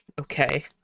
Okay